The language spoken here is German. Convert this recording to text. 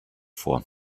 vor